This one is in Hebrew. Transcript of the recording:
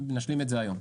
נשלים את זה היום.